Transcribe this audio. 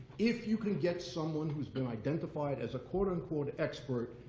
if you can get someone who's been identified as a quote unquote expert,